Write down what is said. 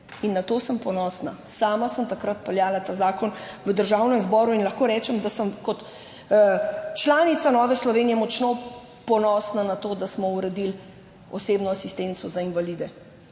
in na to sem ponosna. Sama sem takrat peljala ta zakon v Državnem zboru in lahko rečem, da sem kot članica Nove Slovenije močno ponosna na to, da smo uredili osebno asistenco za invalide.